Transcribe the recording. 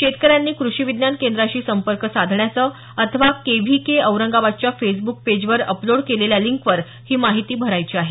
शेतकऱ्यांनी कृषी विज्ञान केंद्राशी संपर्क साधण्याचं अथवा केव्हीके औरंगाबादच्या फेसब्रक पेजवर अपलोड केलेल्या लिंकवर ही माहिती भरावयाची आहे